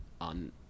on